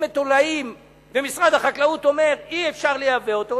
מתולעים ומשרד החקלאות אומר: אי-אפשר לייבא אותו,